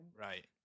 Right